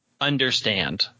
understand